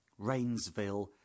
Rainsville